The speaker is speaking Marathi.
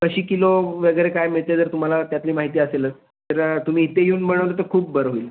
कशी किलो वगैरे काय मिळते जर तुम्हाला त्यातली माहिती असेलच तर तुम्ही इथे येऊन बनवलं तर खूप बरं होईल